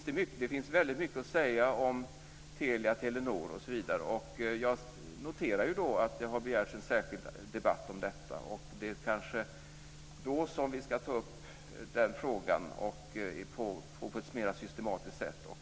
Det finns väldigt mycket att säga om Telia-Telenor osv. Jag noterar att det har begärts en särskild debatt om detta. Det kanske är då som vi ska ta upp denna fråga, och på ett mer systematiskt sätt.